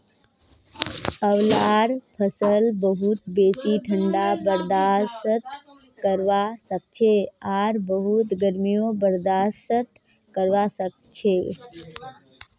आंवलार फसल बहुत बेसी ठंडा बर्दाश्त करवा सखछे आर बहुत गर्मीयों बर्दाश्त करवा सखछे